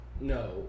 No